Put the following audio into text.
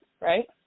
right